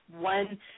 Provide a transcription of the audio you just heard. one